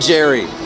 Jerry